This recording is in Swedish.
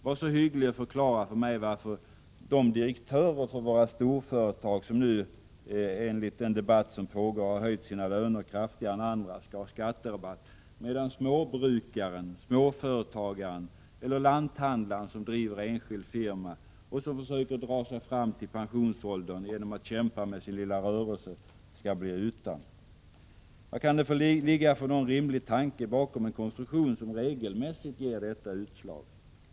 Var så hygglig och förklara för mig varför direktörerna för våra storföretag, som nu enligt den debatt som pågår har höjt sina löner kraftigare än andra, skall ha skatterabatt, medan småbrukaren, småföretagaren eller lanthandlaren, som driver enskild firma och som försöker dra sig fram till pensionsåldern genom att kämpa med sin lilla rörelse skall bli utan. Vad kan det ligga för rimlig tanke bakom en konstruktion som regelmässigt ger detta utslag?